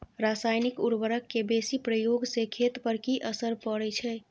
रसायनिक उर्वरक के बेसी प्रयोग से खेत पर की असर परै छै?